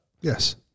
yes